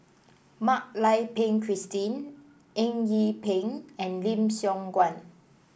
Mak Lai Peng Christine Eng Yee Peng and Lim Siong Guan